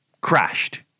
crashed